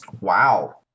Wow